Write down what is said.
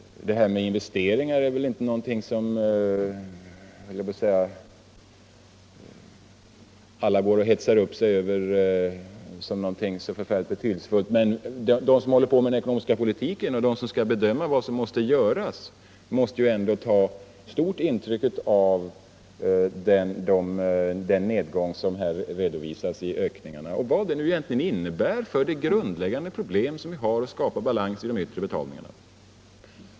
Detta med investeringarna är väl ingenting som alla hetsar upp sig över och anser vara så betydelsefullt, men de som håller på med den ekonomiska politiken och skall bedöma vad som måste göras tar naturligtvis stort intryck av den nedgång i ökningen som redovisas och vad den innebär för det grundläggande problemet, nämligen att skapa balans i de yttre betalningarna.